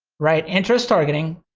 right, interest targeting,